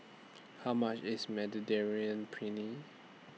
How much IS Mediterranean Penne